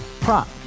prop